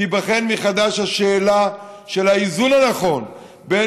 תיבחן מחדש השאלה של האיזון הנכון בין